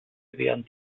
während